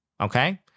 Okay